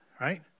Right